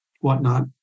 whatnot